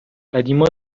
قدیما